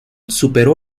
superó